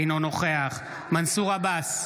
אינו נוכח מנסור עבאס,